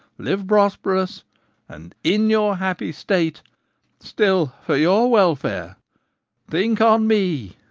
live prosperous and in your happy state still for your welfare think on me,